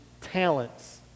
talents